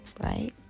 right